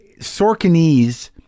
Sorkinese